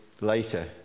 later